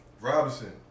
Robinson